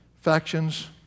factions